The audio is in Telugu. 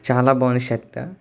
చాలా బాగుంది షర్ట్